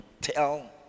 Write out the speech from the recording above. tell